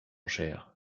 cher